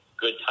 good